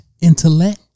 Intellect